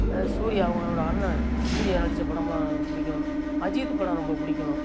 அதாவது சூர்யா அவங்களோட அண்ணன் சூர்யா நடித்த படம்லாம் எனக்கு பிடிக்கும் அஜித்து படம் ரொம்ப பிடிக்கும்